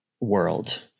world